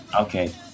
okay